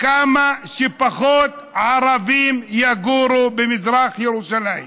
כמה שפחות ערבים יגורו במזרח ירושלים,